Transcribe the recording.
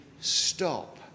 stop